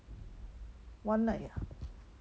one night